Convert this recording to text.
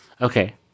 Okay